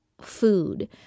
food